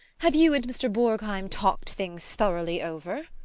have you and mr. borgheim talked things thoroughly over?